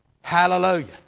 Hallelujah